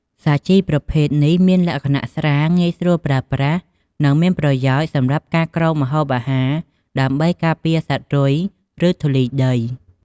សាជីប្រភេទនេះមានលក្ខណៈស្រាល ងាយស្រួលប្រើប្រាស់ និងមានប្រយោជន៍សម្រាប់ការគ្របម្ហូបអាហារ ដើម្បីការពារពីសត្វរុយ ឬធូលីដី។